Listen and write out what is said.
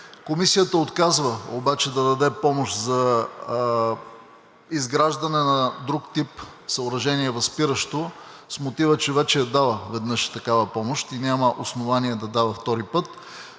Комисията отказва обаче да даде помощ за изграждане на друг тип възпиращо съоръжение с мотива, че вече е дала веднъж такава помощ и няма основание да дава втори път,